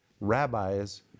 rabbis